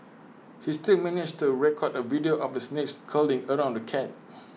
he still managed to record A video of the snakes curling around the cat